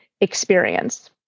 experience